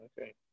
okay